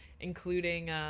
including